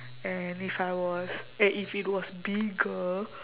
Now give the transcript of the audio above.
and if I was eh if it was bigger